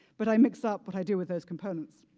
but i mixed up what i do with those components.